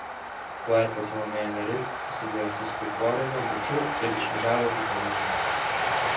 poetė salomėja nėris susidėjo su skulptoriumi buču ir išvažiavo į paryžių